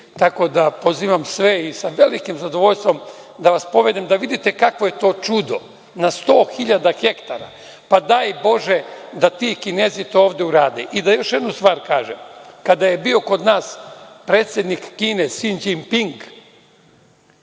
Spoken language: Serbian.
tako da pozivam sve i sa velikim zadovoljstvom da vas povedem i da vidite kakvo je to čudo na 100.000 hektara. Daj bože da ti Kinezi to ovde urade. Još jednu stvar da kažem, kada je bio kod nas predsednik Kine Si Đin Ping,